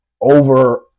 over